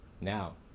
now